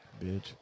Bitch